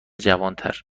جوانتر